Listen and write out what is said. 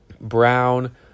Brown